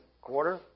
Quarter